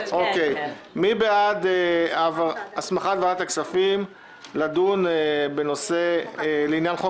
מי בעד הסמכת ועדת הכספים לדון בעניין חוק